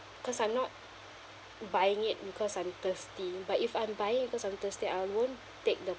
cause I'm not buying it because I'm thirsty but if I'm buying because I'm thirsty I won't take the